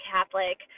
Catholic